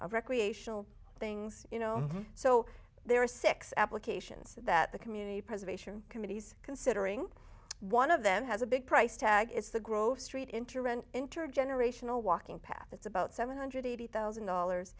building recreational things you know so there are six applications that the community preservation committees considering one of them has a big price tag it's the grove street interment intergenerational walking path that's about seven hundred eighty thousand dollars